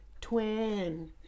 twin